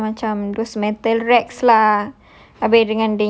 those ke~ macam those metal racks lah